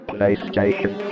PlayStation